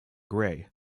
grey